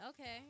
okay